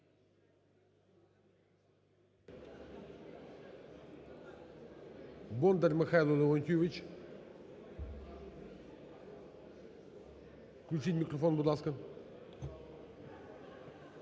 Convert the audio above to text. Бондар Михайло Леонтійович. Включіть мікрофон, будь ласка.